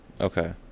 Okay